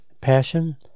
Passion